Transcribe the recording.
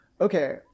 okay